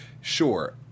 Sure